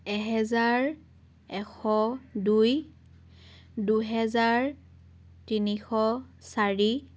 এহেজাৰ এশ দুই দুহেজাৰ তিনিশ চাৰি